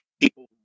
people